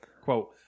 Quote